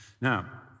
Now